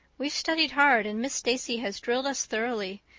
we've studied hard and miss stacy has drilled us thoroughly,